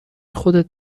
خودت